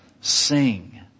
sing